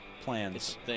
Plans